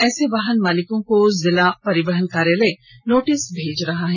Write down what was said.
ऐसे वाहन मालिकों को जिला परिवहन कार्यालय नोटिस भेजा जा रहा है